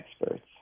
experts